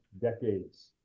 decades